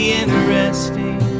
interesting